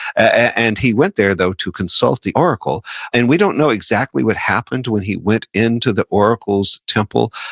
and he went there, though, to consult the oracle and we don't know exactly what happened when he went into the oracle's temple.